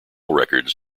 records